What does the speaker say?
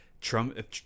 Trump